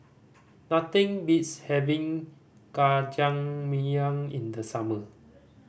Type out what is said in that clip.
nothing beats having Jajangmyeon in the summer